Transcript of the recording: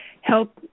help